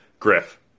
Griff